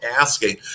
asking